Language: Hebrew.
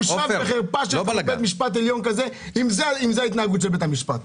בושה וחרפה אם זו ההתנהגות של בית המשפט,